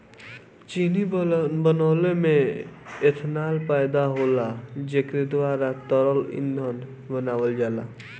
चीनी बनवले में एथनाल पैदा होला जेकरे द्वारा तरल ईंधन बनावल जाला